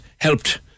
helped